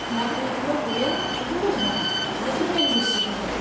ᱞᱟᱵᱽ ᱢᱮᱱᱟᱜ ᱛᱟᱵᱚ ᱵᱚᱞᱮ ᱱᱩᱠᱩ ᱠᱚ ᱫᱚᱦᱚ ᱠᱚᱣᱟᱵᱚ ᱚᱱᱟ ᱜᱮᱛᱚ ᱢᱤᱫᱴᱮᱱ ᱡᱚᱥ ᱦᱩᱭᱩᱜ ᱠᱟᱱᱟ